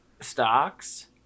stocks